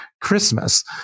Christmas